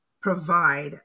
provide